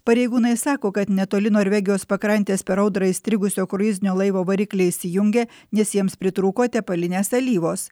pareigūnai sako kad netoli norvegijos pakrantės per audrą įstrigusio kruizinio laivo varikliai įsijungia nes jiems pritrūko tepalinės alyvos